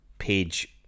Page